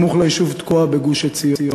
סמוך ליישוב תקוע בגוש-עציון.